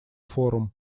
форум